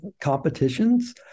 competitions